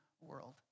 world